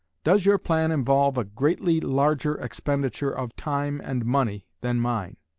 does your plan involve a greatly larger expenditure of time and money than mine?